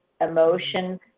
emotion